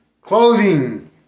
clothing